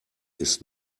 ist